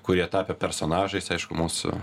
kurie tapę personažais aišku mūsų